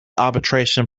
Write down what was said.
arbitration